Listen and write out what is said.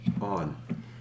on